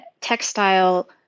textile